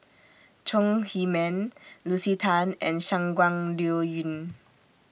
Chong Heman Lucy Tan and Shangguan Liuyun